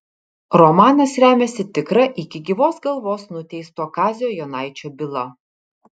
romanas remiasi tikra iki gyvos galvos nuteisto kazio jonaičio byla